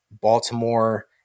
Baltimore